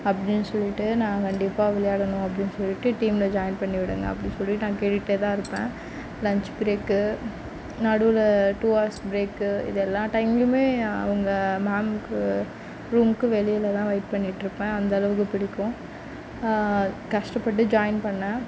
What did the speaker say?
அப்படின்னு சொல்லிவிட்டு நான் கண்டிப்பாக விளையாடணும் அப்படின்னு சொல்லிவிட்டு டீம்மில் ஜாயின் பண்ணிவிடுங்க அப்படின்னு சொல்லிட்டு நான் கேட்டுகிட்டே தான் இருப்பேன் லஞ்ச் பிரேக்கு நடுவில் டூ ஹவர்ஸ் பிரேக்கு இது எல்லா டைம்லியுமே அவங்க மேமுக்கு ரூமுக்கு வெளியில் தான் வெயிட் பண்ணிகிட்டு இருப்பேன் அந்த அளவுக்கு பிடிக்கும் கஷ்டப்பட்டு ஜாயின் பண்ணிணேன்